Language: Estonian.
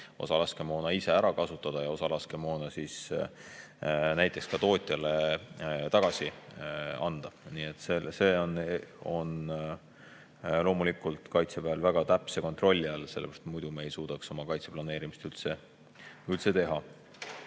osa laskemoona ise ära kasutada ja osa laskemoona ka tootjale tagasi anda. See on loomulikult kaitseväel väga täpse kontrolli all, muidu me ei suudaks oma kaitse planeerimist üldse teha.